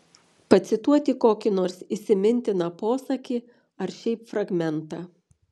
pacituoti kokį nors įsimintiną posakį ar šiaip fragmentą